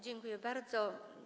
Dziękuję bardzo.